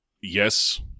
yes